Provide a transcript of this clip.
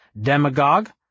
demagogue